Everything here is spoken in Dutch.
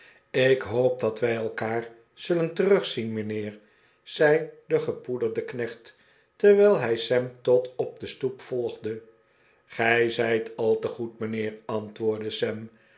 ik hoop dat wij elkaar zullen terugzien mijnheer zei de gepoederde knecht terwijl hij sam tot op de stoep volgde gij zijt al te goed mijnheer antwoordde sam